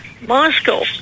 Moscow